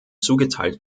zugeteilt